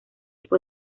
fue